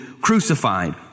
crucified